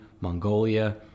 Mongolia